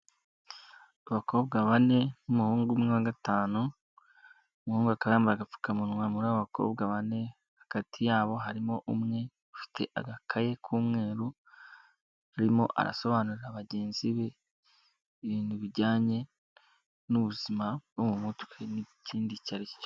Abakobwa bane n'umuhungu umwe wa gatanu, umuhungu aka yambaye agapfukamunwa muri abakobwa bane, hagati yabo harimo umwe ufite agakaye k'umweru arimo arasobanurira bagenzi be ibintu bijyanye n'ubuzima bwo mu mutwe n'ikindi icya aricyo cyose.